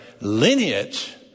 lineage